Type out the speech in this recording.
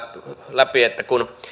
läpi kun